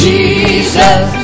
Jesus